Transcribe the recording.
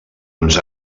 uns